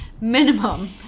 minimum